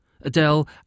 Adele